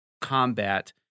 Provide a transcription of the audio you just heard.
combat